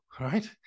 right